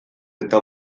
eta